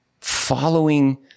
following